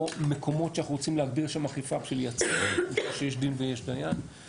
מקומות שאנחנו רוצים להגביר שם אכיפה כדי לייצר תחושה שיש דין ויש דיין.